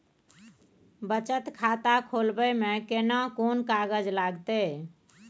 बचत खाता खोलबै में केना कोन कागज लागतै?